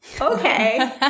okay